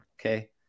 okay